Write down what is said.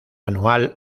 anual